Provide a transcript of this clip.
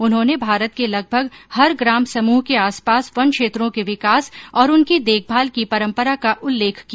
उन्होंने भारत के लगभग हर ग्राम समूह के आसपास वन क्षेत्रों के विकास और उनकी देखभाल की परंपरा का उल्लेख किया